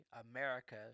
America